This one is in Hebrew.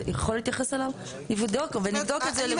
נבדוק את זה.